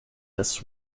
this